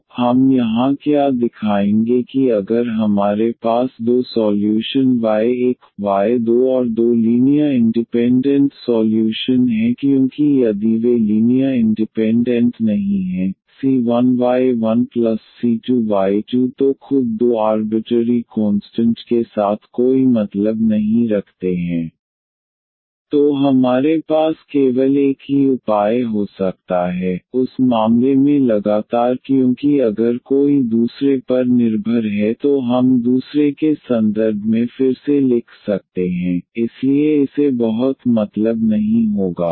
तो हम यहां क्या दिखाएंगे कि अगर हमारे पास दो सॉल्यूशन y1y2 और दो लीनियर इंडिपेंडेंट सॉल्यूशन हैं क्योंकि यदि वे लीनियर इंडिपेंडेंट नहीं हैं c1y1c2y2 तो खुद दो आर्बिटरी कोंस्टंट के साथ कोई मतलब नहीं रखते हैं तो हमारे पास केवल एक ही हो सकता है उस मामले में लगातार क्योंकि अगर कोई दूसरे पर निर्भर है तो हम दूसरे के संदर्भ में फिर से लिख सकते हैं इसलिए इसे बहुत मतलब नहीं होगा